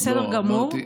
בסדר גמור,